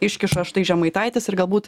iškiša štai žemaitaitis ir galbūt